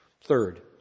Third